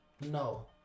no